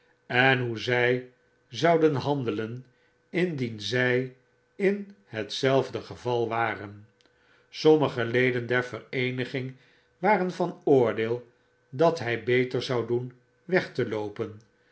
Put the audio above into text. en hoe zjj zouden handelen indien zy in hetzelfde geval waren sommige leden der vereeniging waren van oordeel dat hy beter zou doen weg te loopen